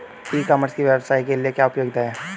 ई commerce की व्यवसाय के लिए क्या उपयोगिता है?